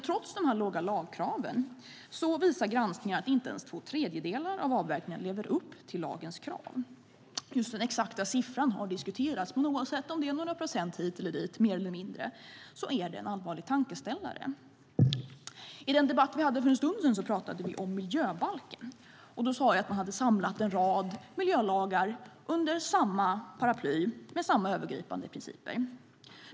Trots de låga lagkraven visar granskningar att inte ens två tredjedelar av avverkningarna lever upp till lagens krav. Den exakta siffran har diskuterats, men oavsett om det skulle vara några procent mer eller mindre är det en allvarlig tankeställare. I den debatt vi hade för en stund sedan pratade vi om miljöbalken, och då sade jag att man samlat en rad miljölagar under samma paraply och med samma övergripande principer.